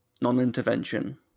non-intervention